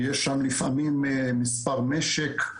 יש שם לפעמים מספר משק,